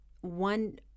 One